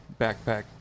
backpack